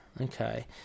okay